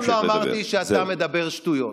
אף פעם לא אמרתי שאתה מדבר שטויות.